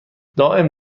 دائم